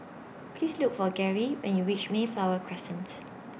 Please Look For Garey when YOU REACH Mayflower Crescents